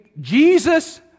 Jesus